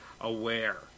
aware